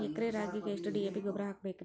ಎಕರೆ ರಾಗಿಗೆ ಎಷ್ಟು ಡಿ.ಎ.ಪಿ ಗೊಬ್ರಾ ಹಾಕಬೇಕ್ರಿ?